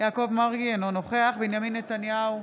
יעקב מרגי, אינו נוכח בנימין נתניהו,